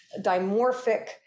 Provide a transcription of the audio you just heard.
dimorphic